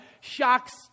shocks